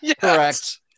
Correct